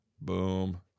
boom